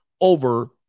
over